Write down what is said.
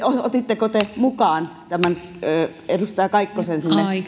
otitteko te mukaan edustaja kaikkosen sinne